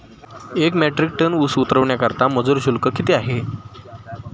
एक metric tonne ऊस उतरवण्याकरता मजूर शुल्क किती आहे?